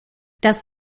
das